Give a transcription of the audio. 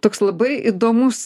toks labai įdomus